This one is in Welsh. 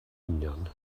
union